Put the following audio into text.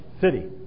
city